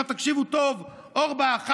תקשיבו טוב עכשיו.